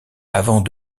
avant